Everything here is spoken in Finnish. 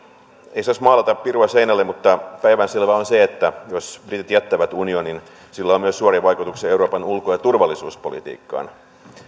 ei saisi maalata pirua seinälle mutta päivänselvää on se että jos britit jättävät unionin sillä on myös suoria vaikutuksia euroopan ulko ja turvallisuuspolitiikkaan